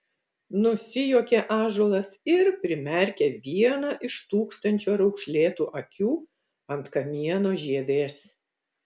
nusijuokė ąžuolas ir primerkė vieną iš tūkstančio raukšlėtų akių ant kamieno žievės